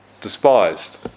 despised